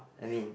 I mean